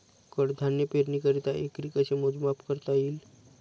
कडधान्य पेरणीकरिता एकरी कसे मोजमाप करता येईल?